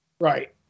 right